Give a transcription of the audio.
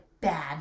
bad